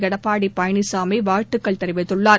எடப்பாடி பழனிசாமி வாழ்த்துக்கள் தெரிவித்துள்ளார்